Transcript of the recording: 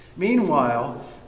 Meanwhile